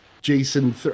Jason